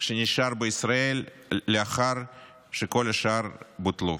שנשאר בישראל, לאחר שכל השאר בוטלו.